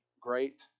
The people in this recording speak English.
great